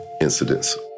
incidents